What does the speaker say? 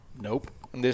nope